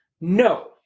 No